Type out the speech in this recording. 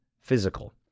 physical